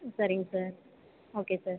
சரிங்க sir okay sir